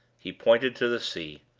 he pointed to the sea.